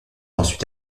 ensuite